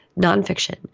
nonfiction